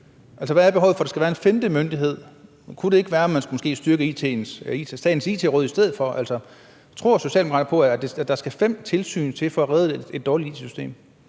Hvad er behovet for, at der skal være en femte myndighed? Kunne det ikke være, at man måske skulle styrke Statens It-råd i stedet for? Tror Socialdemokraterne på, at der skal fem